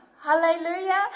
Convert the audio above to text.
Hallelujah